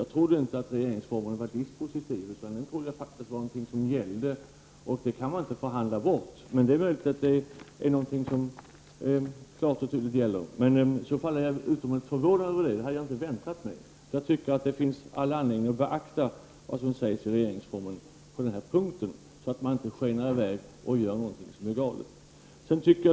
Jag trodde inte att regeringsformen var dispositiv. Jag trodde att den var någonting som faktiskt gällde och som man inte kan förhandla bort, men det är tydligen fallet. Jag är i så fall utomordentligt förvånad över detta. Det hade jag inte väntat mig. Det finns all anledning att beakta vad som sägs i regeringsformen på den här punkten, så att man inte skenar i väg och gör någonting som är galet.